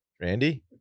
randy